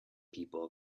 people